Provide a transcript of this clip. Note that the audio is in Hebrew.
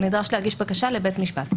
הוא נדרש להגיש בקשה לבית המשפט.